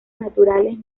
naturales